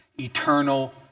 eternal